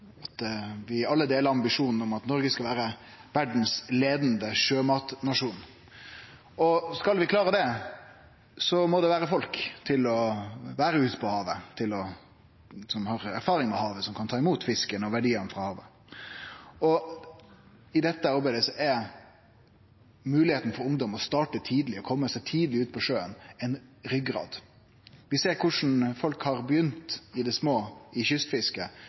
at vi alle deler ambisjonen om at Noreg skal vere verdas leiande sjømatnasjon. Skal vi klare det, må det vere folk til å vere ute på havet, som har erfaring med havet og kan ta imot fisken og verdiane frå havet. I dette arbeidet er moglegheita for ungdom å starte tidleg og kome seg tidleg ut på sjøen ei ryggrad. Vi ser korleis folk har begynt i det små i kystfisket